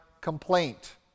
complaint